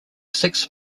six